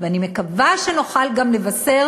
ואני מקווה שנוכל גם לבשר